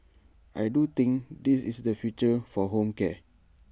I do think this is the future for home care